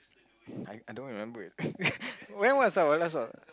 I I don't remember when was our last Oral